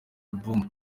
album